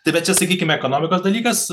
tai bet čia sakykime ekonomikos dalykas